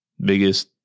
biggest